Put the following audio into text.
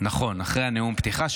נכון, אחרי נאום הפתיחה.